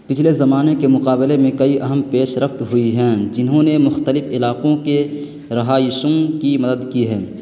پچھلے زمانے کے مقابلے میں کئی اہم پیش رفت ہوئی ہیں جنہوں نے مختلف علاقوں کے رہائشوں کی مدد کی ہے